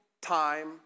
time